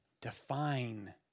define